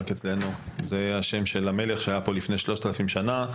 הוא השם של המלך שהיה פה לפני 3,000 שנה,